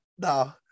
No